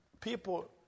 people